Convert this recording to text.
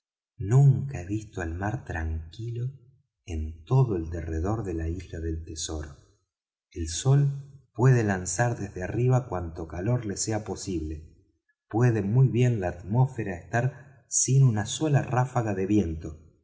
nunca he visto el mar tranquilo en todo el derredor de la isla del tesoro el sol puede lanzar desde arriba cuanto calor le sea posible puede muy bien la atmósfera estar sin una sola ráfaga de viento